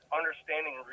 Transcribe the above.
understanding